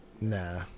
Nah